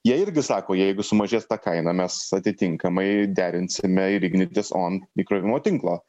jie irgi sako jeigu sumažės ta kaina mes atitinkamai derinsime ir ignitis on įkrovimo tinklo